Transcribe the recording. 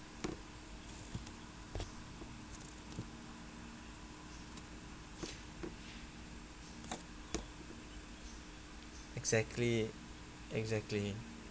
exactly exactly